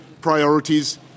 priorities